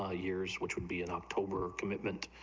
ah years which would be and october commitment,